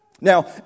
Now